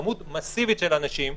כמות מסיבית של אנשים,